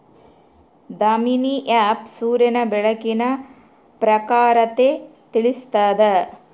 Damini app ಸೂರ್ಯನ ಬೆಳಕಿನ ಪ್ರಖರತೆ ತಿಳಿಸ್ತಾದ